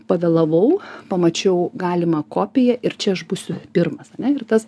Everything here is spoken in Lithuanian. pavėlavau pamačiau galimą kopiją ir čia aš būsiu pirmas ane ir tas